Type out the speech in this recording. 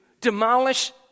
demolish